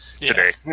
today